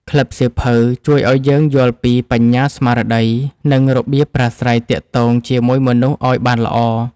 ក្លឹបសៀវភៅជួយឱ្យយើងយល់ពី បញ្ញាស្មារតី និងរបៀបប្រាស្រ័យទាក់ទងជាមួយមនុស្សឱ្យបានល្អ។